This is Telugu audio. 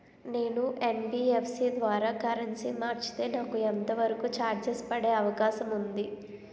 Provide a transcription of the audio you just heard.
నేను యన్.బి.ఎఫ్.సి ద్వారా కరెన్సీ మార్చితే నాకు ఎంత వరకు చార్జెస్ పడే అవకాశం ఉంది?